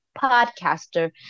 podcaster